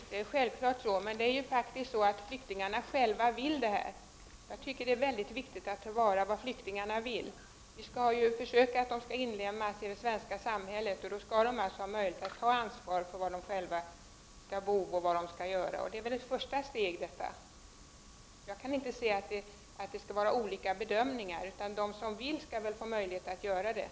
Herr talman! Ja, det är självklart så. Men flyktingarna själva vill arbeta. Jag tycker att det är mycket viktigt att ta hänsyn till vad flyktingarna själva vill. Vi skall ju försöka inlemma dem i det svenska samhället, och de skall då ha möjlighet att själva ta ansvar för var de skall bo och vad de skall göra. Då är väl arbetet på förläggningarna ett första steg? Jag kan inte se att där skall göras olika bedömningar. De som vill skall väl få möjlighet att arbeta?